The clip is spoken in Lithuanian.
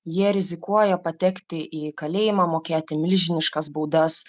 jie rizikuoja patekti į kalėjimą mokėti milžiniškas baudas